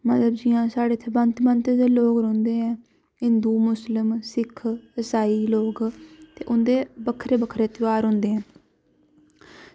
ते साढ़े इत्थें जि'यां भांति भांति दे लोग रौह्ंदे ऐ हिंदु मुस्लिम सिक्ख ईसाई लोग ते उंदे बक्खरे बक्खरे ध्यार होंदे